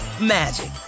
magic